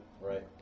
Right